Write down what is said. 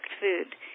food